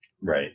Right